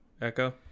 Echo